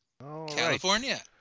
California